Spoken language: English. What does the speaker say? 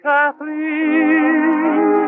Kathleen